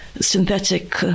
synthetic